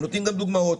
הם נותנים גם דוגמאות,